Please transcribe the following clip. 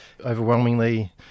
Overwhelmingly